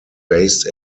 based